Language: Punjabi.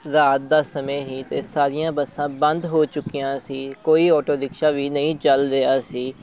ਰਾਤ ਦਾ ਸਮੇਂ ਸੀ ਅਤੇ ਸਾਰੀਆਂ ਬੱਸਾਂ ਬੰਦ ਹੋ ਚੁੱਕੀਆਂ ਸੀ ਕੋਈ ਅੋਟੋ ਰਿਕਸ਼ਾ ਵੀ ਨਹੀਂ ਚੱਲ ਰਿਹਾ ਸੀ